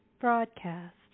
broadcast